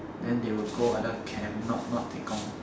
then they will go other camp not not tekong